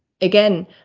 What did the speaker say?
Again